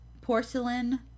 porcelain